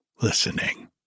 listening